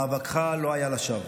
מאבקך לא היה לשווא.